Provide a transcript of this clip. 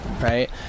right